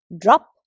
Drop